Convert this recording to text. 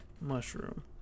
mushroom